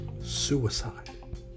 Suicide